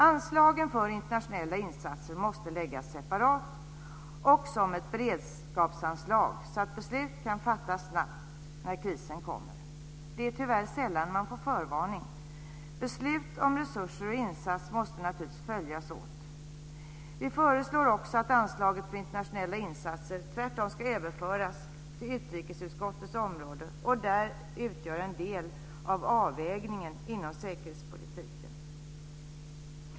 Anslagen för internationella insatser måste läggas separat och som ett beredskapsanslag så att beslut kan fattas snabbt när krisen kommer. Det är tyvärr sällan man får någon förvarning. Beslut om resurser och insatser måste naturligtvis följas åt. Vi föreslår också att anslaget för internationella insatser ska överföras till utrikesutskottets område och där utgöra en del av avvägningen inom säkerhetspolitiken.